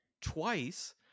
twice